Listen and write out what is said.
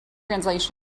translation